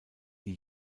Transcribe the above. die